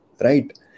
right